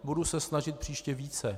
Budu se snažit příště více.